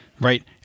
right